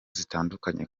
zitandukanye